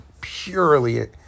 purely